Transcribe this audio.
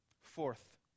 Fourth